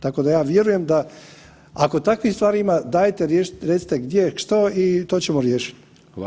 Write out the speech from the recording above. Tako da ja vjerujem da, ako takvih stvari ima, dajte recite gdje, što i to ćemo riješiti.